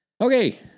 Okay